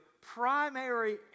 primary